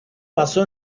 basó